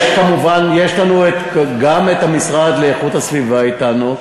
יש לנו גם את המשרד לאיכות הסביבה אתנו,